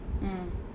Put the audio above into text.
mm